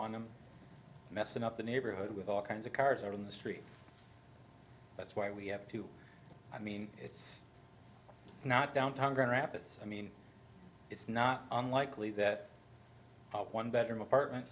want them messing up the neighborhood with all kinds of cars on the street that's why we have to i mean it's not downtown grand rapids i mean it's not unlikely that one better apartment